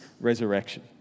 resurrection